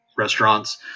Restaurants